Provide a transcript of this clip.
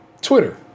Twitter